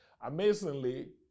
Amazingly